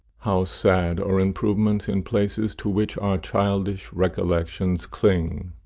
how sad are improvements in places to which our childish recollections cling!